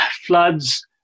floods